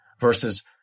Versus